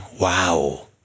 wow